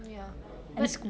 ya but